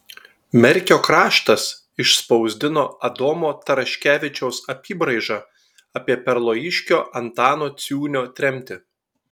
merkio kraštas išspausdino adomo taraškevičiaus apybraižą apie perlojiškio antano ciūnio tremtį